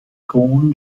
cohn